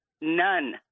None